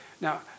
Now